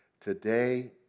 today